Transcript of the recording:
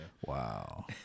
Wow